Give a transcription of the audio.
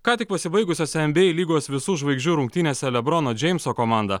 ką tik pasibaigusiose nba lygos visų žvaigždžių rungtynėse lebrono džeimso komanda